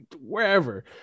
wherever